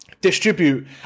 distribute